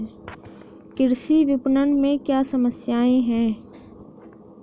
कृषि विपणन में क्या समस्याएँ हैं?